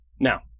Now